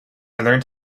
learned